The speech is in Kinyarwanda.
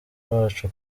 bacu